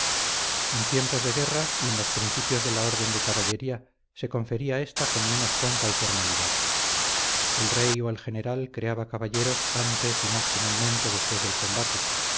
en tiempos de guerra y en los principios de la orden de caballería se confería ésta con menos pompa y formalidad el rey o el general creaba caballeros antes y más comúnmente después del combate